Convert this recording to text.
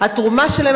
התרומה שלהם,